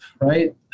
Right